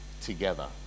together